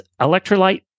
Electrolyte